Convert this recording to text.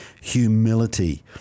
humility